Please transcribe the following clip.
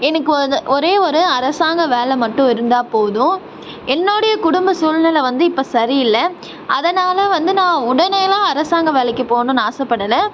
எனக்கு அது ஒரே ஒரு அரசாங்க வேலை மட்டும் இருந்தால் போதும் என்னுடைய குடும்ப சூழ்நிலை வந்து இப்போ சரி இல்லை அதனால் வந்து நான் உடனே எல்லாம் அரசாங்க வேலைக்கு போகணும்னு ஆசை படலை